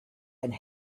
and